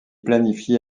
planifiée